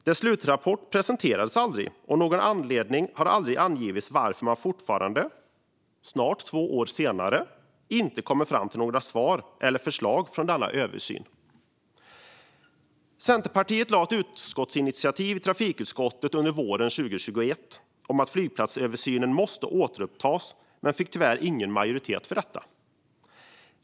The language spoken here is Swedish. Dess slutrapport presenterades aldrig, och det har aldrig givits någon anledning till att man fortfarande, snart två år senare, inte har kommit fram till några svar eller förslag utifrån denna översyn. Centerpartiet väckte ett utskottsinitiativ i trafikutskottet under våren 2021 om att flygplatsöversynen måste återupptas men fick tyvärr ingen majoritet för detta.